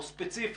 או ספציפית,